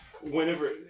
whenever